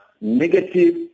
negative